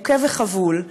מוכה וחבול,